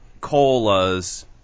colas